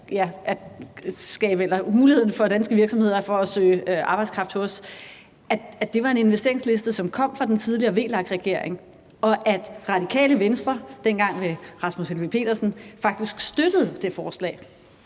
udvide muligheden for danske virksomheder for at søge arbejdskraft hos, var en investeringsliste, som kom fra den tidligere VLAK-regering, og at Radikale Venstre dengang ved Rasmus Helveg Petersen faktisk støttede det forslag?